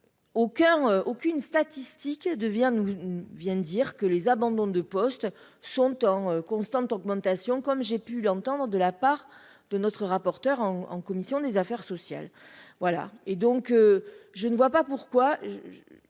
aucune statistique devient nous viennent dire que les abandons de poste sont en constante augmentation, comme j'ai pu l'entendre de la part de notre rapporteur en commission des affaires sociales, voilà et donc je ne vois pas pourquoi